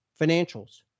Financials